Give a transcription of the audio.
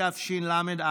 התשל"א